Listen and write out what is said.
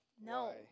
no